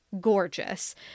gorgeous